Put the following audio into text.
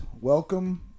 welcome